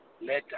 later